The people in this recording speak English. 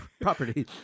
property